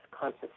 conscious